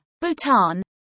Bhutan